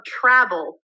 travel